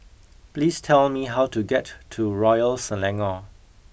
please tell me how to get to Royal Selangor